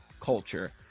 culture